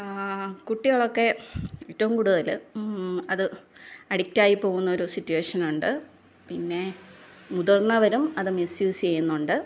ആ കുട്ടികളൊക്കെ ഏറ്റവും കൂടുതൽ അത് അടിക്റ്റ് ആയി പോകുന്ന സിറ്റുവേഷന് ഉണ്ട് പിന്നെ മുതിര്ന്നവരും അത് മിസ്സ് യുസ് ചെയ്യുന്നുണ്ട്